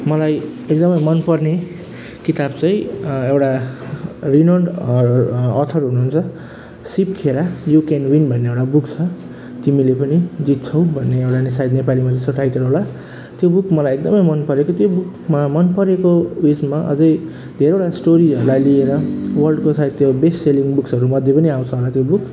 मलाई एकदमै मनपर्ने किताब चाहिँ एउटा रिनाउन्ड अर अथर हुनुहुन्छ Shiv Khera you can win भन्ने एउटा बुक छ तिमीले पनि जित्छौ भन्ने एउटा नि सायद नेपालीमा त्यस्तो टाइटल होला त्यो बुक मलाई एकदमै मनपरेको त्यो बुकमा मनपरेको उइसमा अझै धेरैवटा स्टोरीहरूलाई लिएर वर्ल्डको सायद त्यो बेस्ट सेलिङ बुकहरू मध्ये पनि आउँछ होला त्यो बुक